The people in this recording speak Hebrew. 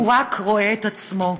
הוא רק רואה את עצמו,